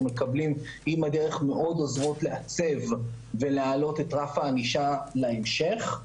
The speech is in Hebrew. מקבלים מאוד עוזרות לעצב ולהעלות את רף הענישה להמשך.